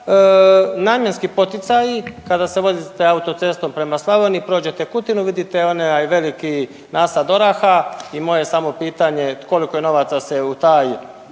namjenski poticaji, kada se vozite autocestom prema Slavoniji i prođete Kutinu vidite onaj veliki nasad oraha i moje je samo pitanje koliko je novaca se u taj,